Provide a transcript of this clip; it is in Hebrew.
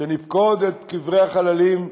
כשנפקוד את קברי החללים,